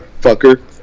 fucker